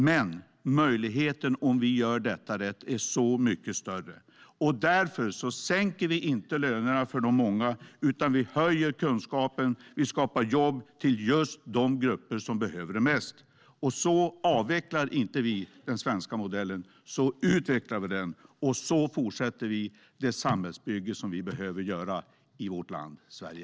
Men möjligheten om vi gör detta rätt är så mycket större. Därför sänker vi inte lönerna för de många, utan vi höjer kunskapen och skapar jobb till just de grupper som behöver det mest. Så avvecklar vi inte den svenska modellen, så utvecklar vi den, och så fortsätter vi det samhällsbygge som vi behöver göra i vårt land Sverige.